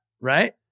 Right